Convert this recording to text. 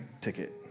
ticket